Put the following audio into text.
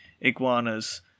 iguanas